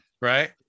right